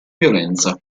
violenza